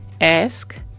Ask